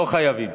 לא חייבים.